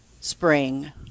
spring